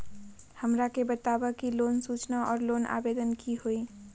हमरा के बताव कि लोन सूचना और लोन आवेदन की होई?